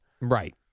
Right